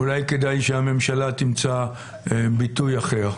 אולי כדאי שהממשלה תמצא ביטוי אחר.